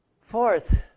Fourth